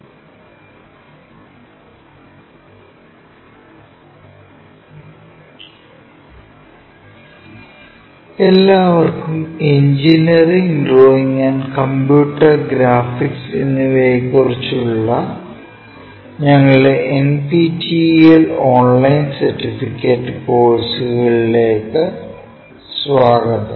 projection of solids II എല്ലാവർക്കും engineering drawing and computer graphics എന്നിവയെക്കുറിച്ചുള്ള ഞങ്ങളുടെ എൻപിടിഎൽ ഓൺലൈൻ സർട്ടിഫിക്കേഷൻ കോഴ്സുകളിലേക്ക് സ്വാഗതം